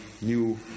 new